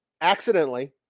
accidentally